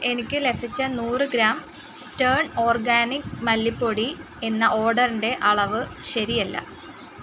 എനിക്ക് ലഭിച്ച നൂറ് ഗ്രാം ടേൺ ഓർഗാനിക് മല്ലിപ്പൊടി എന്ന ഓർഡറിന്റെ അളവ് ശരിയല്ല